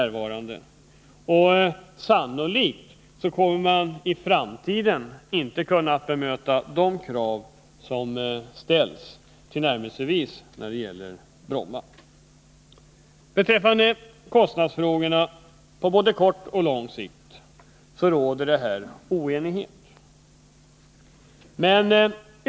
Sannolikt kommer man på Bromma i framtiden inte tillnärmelsevis att kunna tillgodose de krav som kommer att ställas. Beträffande kostnadsfrågorna råder det oenighet på både kort och lång sikt.